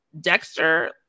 Dexter